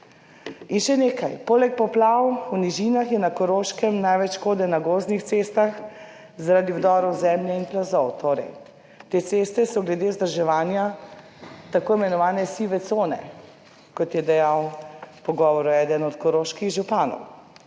In še nekaj, poleg poplav v nižinah, je na Koroškem največ škode na gozdnih cestah zaradi vdorov zemlje in plazov, torej, te ceste so glede vzdrževanja tako imenovane sive cone, kot je dejal v pogovoru eden od koroških županov.